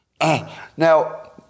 Now